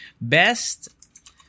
Best